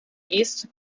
east